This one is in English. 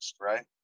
right